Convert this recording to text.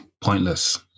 Pointless